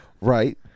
Right